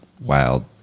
wild